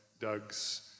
Doug's